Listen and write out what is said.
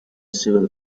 civil